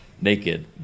naked